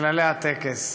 כללי הטקס.